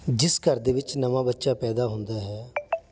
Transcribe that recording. ਜਿਸ ਘਰ ਦੇ ਵਿੱਚ ਨਵਾਂ ਬੱਚਾ ਪੈਦਾ ਹੁੰਦਾ ਹੈ